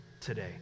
today